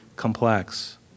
complex